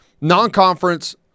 Non-conference